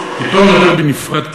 אתו נדבר בנפרד,